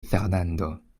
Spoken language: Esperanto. fernando